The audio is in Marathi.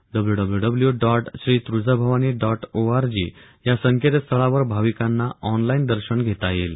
W W W dot Shri Tuljabhavani dot org या संकेस्थळावर भाविकांना ऑनलाईन दर्शन घेता येईल